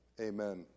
Amen